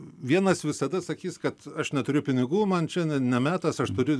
vienas visada sakys kad aš neturiu pinigų man čia ne metas aš turiu